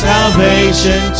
Salvation